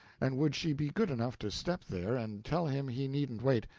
and would she be good enough to step there and tell him he needn't wait,